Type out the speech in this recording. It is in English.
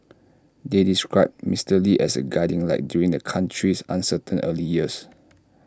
they described Mister lee as A guiding light during the country's uncertain early years